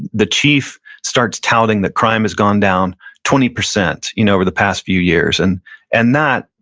the chief starts touting that crime has gone down twenty percent you know over the past few years, and and that,